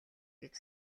гэж